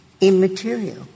immaterial